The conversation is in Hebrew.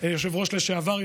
יושב-ראש לשעבר,